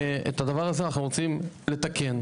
ואת הדבר הזה אנחנו רוצים לתקן.